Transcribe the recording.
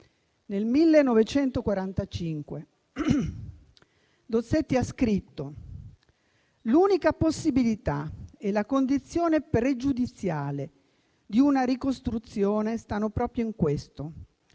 Nel 1945, Dossetti ha scritto: «L'unica possibilità e la condizione pregiudiziale di una ricostruzione stanno proprio in questo: